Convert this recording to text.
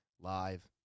live